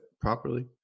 properly